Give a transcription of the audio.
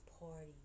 party